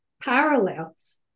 parallels